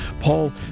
Paul